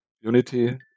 unity